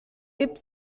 gibt